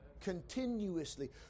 Continuously